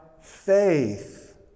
faith